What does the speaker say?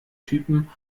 typen